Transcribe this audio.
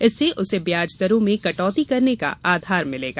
इससे उसे ब्याज दरों में कटौती करने का आधार मिलेगा